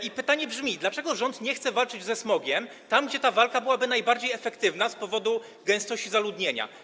I pytanie brzmi: Dlaczego rząd nie chce walczyć ze smogiem tam, gdzie ta walka byłaby najbardziej efektywna z powodu gęstości zaludnienia?